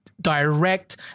direct